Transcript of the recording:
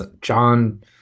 John